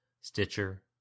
Stitcher